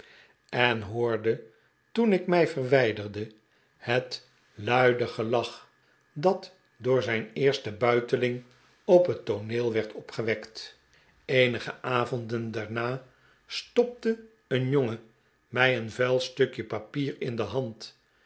en hoorde toen ik mij verwijderde het luide gelach dat door zijn eerste buiteling op het tooneel werd opgewekt eenige avonden daarna stopte een jongen mij een vuil stukje papier in de hand